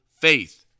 faith